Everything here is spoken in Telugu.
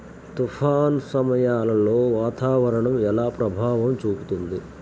తుఫాను సమయాలలో వాతావరణం ఎలా ప్రభావం చూపుతుంది?